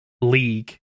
league